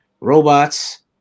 robots